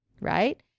right